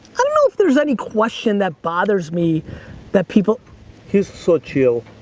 i don't know if there's any question that bothers me that people he's so chill.